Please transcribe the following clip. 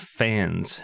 fans